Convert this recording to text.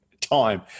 time